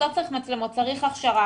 לא צריך מצלמות, צריך הכשרה.